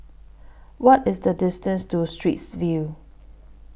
What IS The distance to Straits View